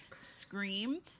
scream